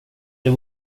det